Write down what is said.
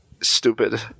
stupid